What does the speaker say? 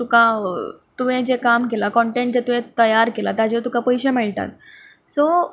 तुका तुवें जें काम केला कॉनटेंट जें तुवें तयार केला ताजें तुका पयशें मेळटात सो